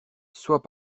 soit